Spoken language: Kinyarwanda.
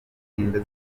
zigenda